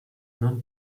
non